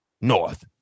North